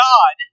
God